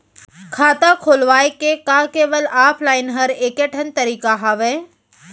खाता खोलवाय के का केवल ऑफलाइन हर ऐकेठन तरीका हवय?